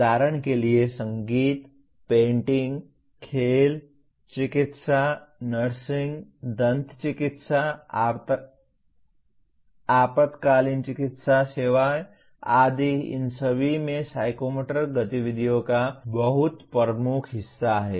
उदाहरण के लिए संगीत पेंटिंग खेल चिकित्सा नर्सिंग दंत चिकित्सा आपातकालीन चिकित्सा सेवाएं आदि इन सभी में साइकोमोटर गतिविधियों का बहुत प्रमुख हिस्सा है